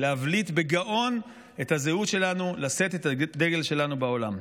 להבליט בגאון את הזהות שלנו לשאת את הדגל שלנו בעולם.